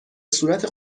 صورت